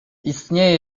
istnieje